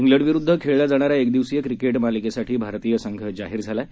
उलंड विरुद्ध खेळल्या जाणाऱ्या एक दिवसीय क्रिकेट मालिकेसाठी भारतीय संघ जाहीर झाला आहे